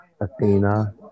Athena